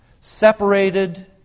separated